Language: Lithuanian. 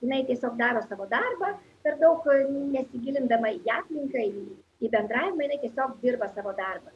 jinai tiesiog daro savo darbą per daug nesigilindama į aplinką į bendravimą jinai tiesiog dirba savo darbą